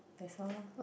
that's all lor